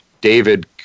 David